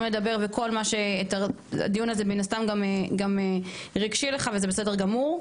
גם לדבר הדיון הזה גם מן הסתם גם רגשי לך וזה בסדר גמור.